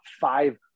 five